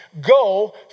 go